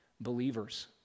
believers